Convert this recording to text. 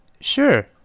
Sure